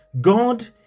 God